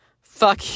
Fuck